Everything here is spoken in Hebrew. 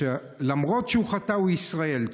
למרות שהוא חטא הוא ישראל,